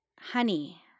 honey